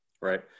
Right